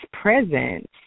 presence